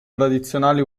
tradizionale